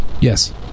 Yes